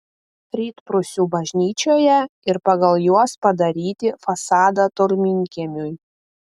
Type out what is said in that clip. rytprūsių bažnyčioje ir pagal juos padaryti fasadą tolminkiemiui